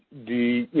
the, you